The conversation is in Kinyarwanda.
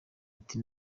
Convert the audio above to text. ati